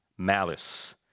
Malice